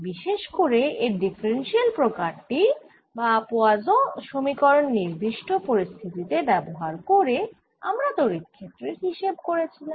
বিশেষ করে এর ডিফারেন্সিয়াল প্রকার টি বা পোয়াসোঁ সমীকরণ নির্দিষ্ট পরিস্থিতি তে ব্যবহার করে আমরা তড়িৎ ক্ষেত্রের হিসেব করেছিলাম